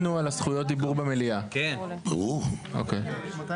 בחוק לקידום תשתיות לאומיות מתוך התכנית הכלכלית (תיקוני חקיקה